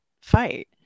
fight